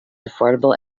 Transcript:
affordable